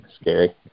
scary